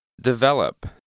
Develop